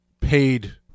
paid